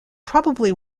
probably